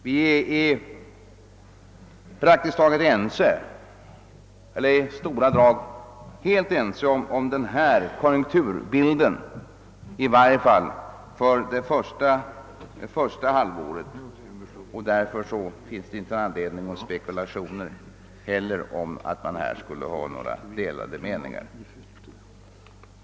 Vi är i stora drag ense om konjunkturbilden i varje fall för det första halvåret. "Därför finns det inte anledning till några spekulationer om att vi härvidlag skulle ha några delade meningar.